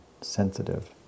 sensitive